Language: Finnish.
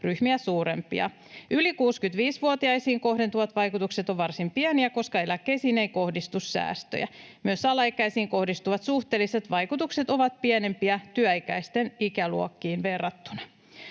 ryhmiä suurempia. Yli 65-vuotiaisiin kohdentuvat vaikutukset ovat varsin pieniä, koska eläkkeisiin ei kohdistu säästöjä. Myös alaikäisiin kohdistuvat suhteelliset vaikutukset ovat pienempiä työikäisten ikäluokkiin verrattuna.